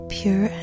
pure